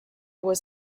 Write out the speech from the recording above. was